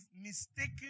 mistaken